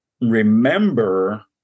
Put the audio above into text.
remember